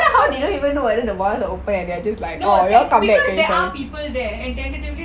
no okay because there are people there and evitably